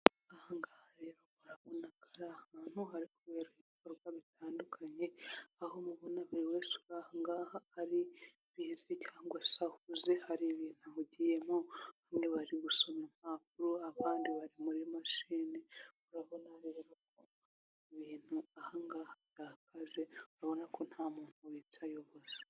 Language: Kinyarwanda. Aha ngaha rero murabona ko ari ahantu hari kubera ibikorwa bitandukanye aho mubona buri wese uri aha ngaha ari bizwi cyangwa se ahuze hari ibintu ahugiyemo bamwe bari gusoma impapuro abandi bari muri mashini urabona rero ko ibintu ahangaha byakaze urabona ko nta muntu wicaye ubusa.